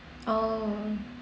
oh